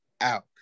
out